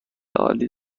عالی